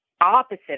opposite